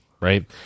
Right